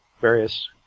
various